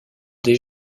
des